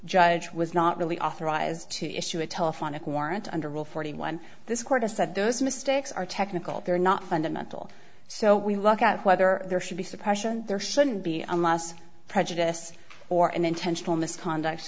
judge was not really authorized to issue a telephonic warrant under rule forty one this court has said those mistakes are technical they're not fundamental so we look at whether there should be suppression there shouldn't be unless prejudice or an intentional misconduct